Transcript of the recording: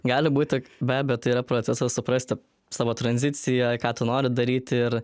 gali būti be abejo tai yra procesas suprasti savo tranziciją i ką tu nori daryti ir